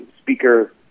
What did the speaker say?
speaker